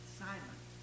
silent